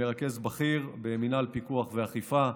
מרכז בכיר במינהל פיקוח ואכיפה,